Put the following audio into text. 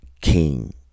king